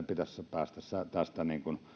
pitäisi saada tästä